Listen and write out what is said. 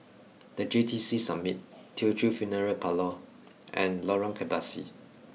the J T C Summit Teochew Funeral Parlour and Lorong Kebasi